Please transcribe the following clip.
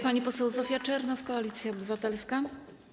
Pani poseł Zofia Czernow, Koalicja Obywatelska.